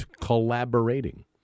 collaborating